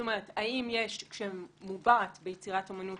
האם כשמובעת ביצירת אמנות